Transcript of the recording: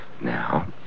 Now